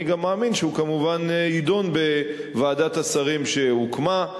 אני גם מאמין שהוא כמובן יידון בוועדת השרים שהוקמה,